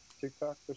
TikTok